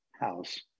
house